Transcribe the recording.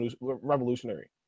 revolutionary